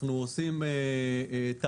אנחנו עושים תהליך